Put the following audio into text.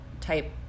type